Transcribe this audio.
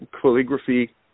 calligraphy